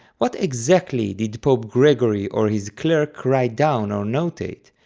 what exactly did pope gregory or his clerk write down or notate?